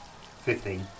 Fifteen